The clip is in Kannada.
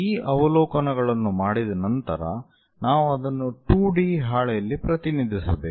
ಈ ಅವಲೋಕನಗಳನ್ನು ಮಾಡಿದ ನಂತರ ನಾವು ಅದನ್ನು 2D ಹಾಳೆಯಲ್ಲಿ ಪ್ರತಿನಿಧಿಸಬೇಕು